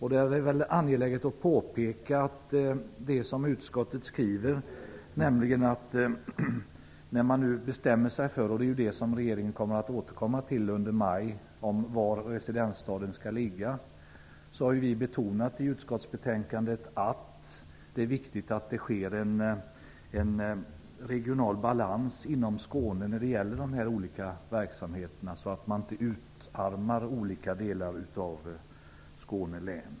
Det är angeläget att påpeka det som utskottet skriver. Regeringen kommer att återkomma till frågan om var residensstaden skall ligga under maj. Vi har betonat i utskottsbetänkandet att det är viktigt att det blir en regional balans inom Skåne när det gäller dessa olika verksamheter, så att man inte utarmar olika delar av Skåne län.